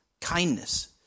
kindness